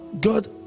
God